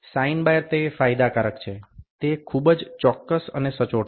sign bar તે ફાયદાકારક છે તે ખૂબ જ ચોક્કસ અને સચોટ છે